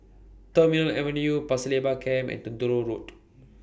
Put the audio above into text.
Terminal Avenue Pasir Laba Camp and Truro Road